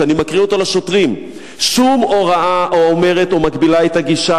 שאני מקריא אותו לשוטרים: "שום הוראה האומרת או מגבילה את הגישה